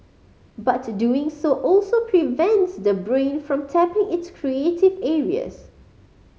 but doing so also prevents the brain from tapping its creative areas